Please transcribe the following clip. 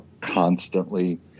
constantly